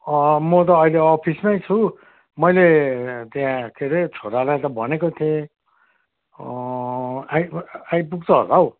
म त अहिले अफिसमै छु मैले त्यहाँ के अरे छोरालाई त भनेको थिएँ आइपुग् आइपुग्छ होला हो